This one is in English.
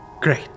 Great